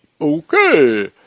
Okay